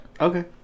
Okay